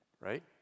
Right